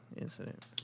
incident